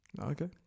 Okay